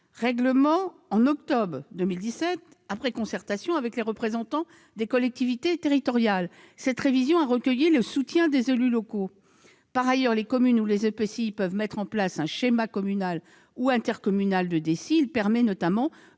révisé en octobre 2017 après concertation avec les représentants des collectivités territoriales. Cette révision a recueilli le soutien des élus locaux. Par ailleurs, les communes ou les EPCI peuvent mettre en place un schéma communal ou intercommunal de DECI. Ce document permet notamment